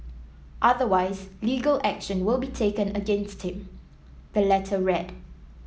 otherwise legal action will be taken against him the letter read